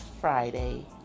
Friday